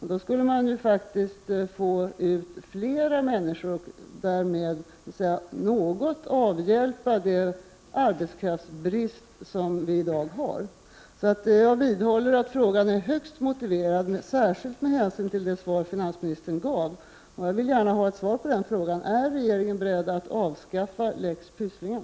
Man skulle faktiskt få ut flera människor på arbetsmarknaden, och därmed något avhjälpa den arbetskraftsbrist som vi i dag har. Jag vidhåller att frågan är högst motiverad, särskilt med hänsyn till det svar som finansministern gav. Jag vill gärna ha ett svar på frågan om regeringen är beredd att avskaffa lex Pysslingen.